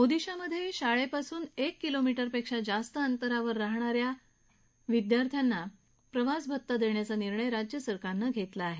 ओदिशामधे शाळेपासून एक किलोमीटरपेक्षा जास्त अंतरावर राहणा या विद्यार्थ्यांना प्रवास भत्ता देण्याचा निर्णय राज्य सरकारनं घेतला आहे